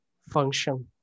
function